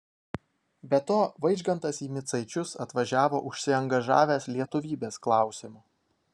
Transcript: be to vaižgantas į micaičius atvažiavo užsiangažavęs lietuvybės klausimu